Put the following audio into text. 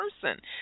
person